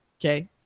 Okay